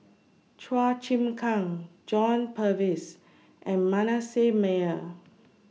Chua Chim Kang John Purvis and Manasseh Meyer